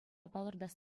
палӑртас